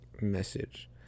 message